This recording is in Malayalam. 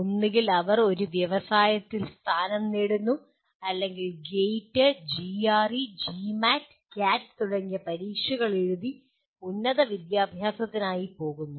ഒന്നുകിൽ അവർ ഒരു വ്യവസായത്തിൽ സ്ഥാനം നേടുന്നു അല്ലെങ്കിൽ ഗേറ്റ് ജിആർഇ ജിമാറ്റ് ക്യാറ്റ് തുടങ്ങിയ പരീക്ഷകൾ എഴുതി ഉന്നത വിദ്യാഭ്യാസത്തിനായി പോകുന്നു